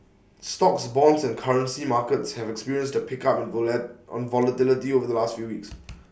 stocks bonds and currency markets have experienced A pickup in on volatility over the last few weeks